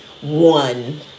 one